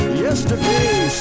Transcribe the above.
yesterday